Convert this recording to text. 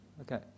Okay